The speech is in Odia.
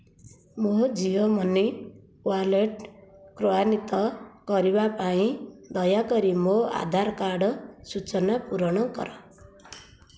ମୋ ଜିଓ ମନି ୱାଲେଟ କ୍ରୟାନ୍ଵିତ କରିବା ପାଇଁ ଦୟାକରି ମୋ ଆଧାର କାର୍ଡ଼ ସୂଚନା ପୂରଣ କର